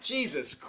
Jesus